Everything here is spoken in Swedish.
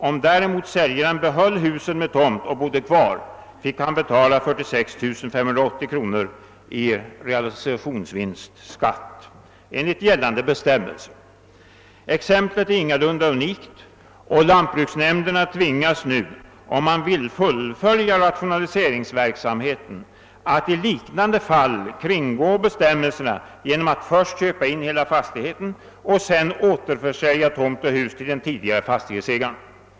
Om säljaren däremot behöll husen med tomt och bodde kvar, så fick han enligt gällande bestämmelser betala 46 580 kronor i realisationsvinstskatt. Detta exempel är ingalunda unikt, och om lantbruksnämnderna nu vill fullfölja rationaliseringsverksamheten tvingas de att i liknande fall kringgå bestämmelserna genom att först köpa in hela fastigheten och sedan återsälja tomt och hus till den tidigare ägaren.